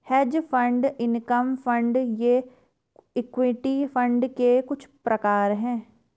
hedge fund income fund ये equity fund के कुछ प्रकार हैं